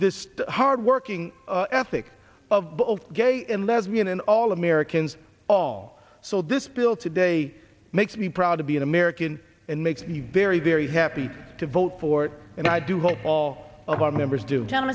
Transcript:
this hard working ethic of both gay and lesbian and all americans all so this bill today makes me proud to be an american and makes me very very happy to vote for it and i do hope all of our members do